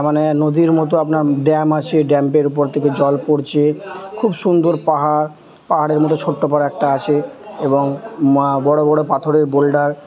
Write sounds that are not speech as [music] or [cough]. মানে নদীর মতো আপনার ড্যাম আছে ড্যামের উপর থেকে জল পড়ছে খুব সুন্দর পাহাড় পাহাড়ের মতো ছোট্টো [unintelligible] একটা আছে এবং বড়ো বড়ো পাথরের বোল্ডার